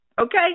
okay